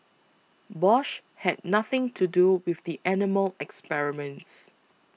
Bosch had nothing to do with the animal experiments